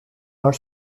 not